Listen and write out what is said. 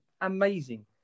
Amazing